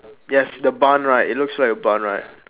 yes the barn right it looks like a barn right